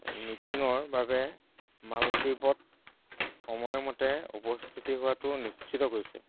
মিটিঙৰ বাবে মালদ্বীপত সময়মতে উপস্থিত হোৱাটো নিশ্চিত কৰিছে